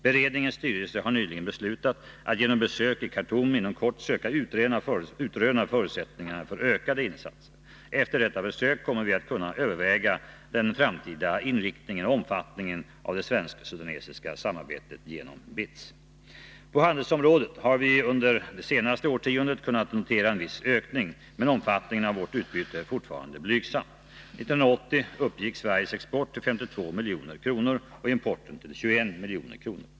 Beredningens styrelse har nyligen beslutat att genom besök i Khartoum inom kort söka utröna förutsättningarna för ökade insatser. Efter detta besök kommer vi att kunna överväga den framtida inriktningen och omfattningen av det svensk-sudanesiska samarbetet genom BITS. På handelsområdet har vi under det senaste årtiondet kunnat notera en viss ökning, men omfattningen av vårt utbyte är fortfarande blygsam. 1980 uppgick Sveriges export till 52 milj.kr. och importen till 21 milj.kr.